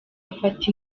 afata